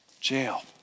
jail